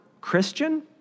Christian